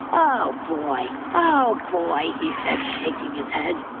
oh boy, oh boy, he said, shaking his head.